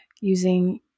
using